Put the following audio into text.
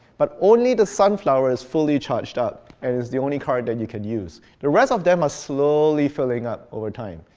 but only the sunflower is fully charged up, and it's the only card that you can use. the rest of them are slowly filling up over time.